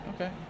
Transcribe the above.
Okay